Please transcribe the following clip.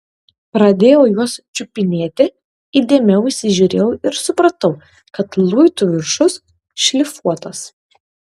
pradėjau juos čiupinėti įdėmiau įsižiūrėjau ir supratau kad luitų viršus šlifuotas